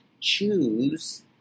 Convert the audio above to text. choose